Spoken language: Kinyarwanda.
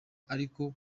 ariko